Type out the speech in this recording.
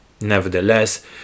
Nevertheless